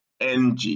ng